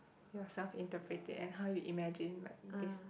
yourself interpret it and how you imagine like this